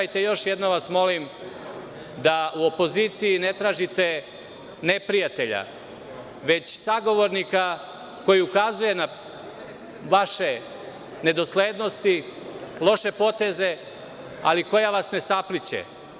Još jednom vas molim da u opoziciji ne tražite neprijatelja, već sagovornika koji ukazuje na vaše nedoslednosti, loše poteze, ali koja vas ne sapliće.